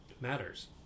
matters